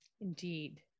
indeed